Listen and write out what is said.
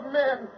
men